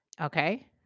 Okay